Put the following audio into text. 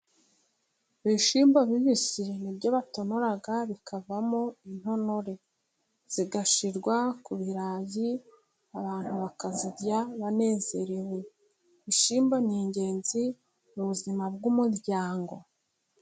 Ibishyimbo bibisi ni nibyo batonora bikavamo intonore, zigashirwa ku birarayi, abantu bakazirya banezerewe. Ibishyimbo ni ingenzi mu buzima bw'umuryango.